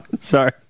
Sorry